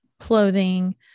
clothing